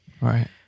Right